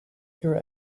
your